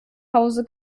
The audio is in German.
hause